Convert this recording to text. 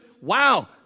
wow